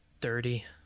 dirty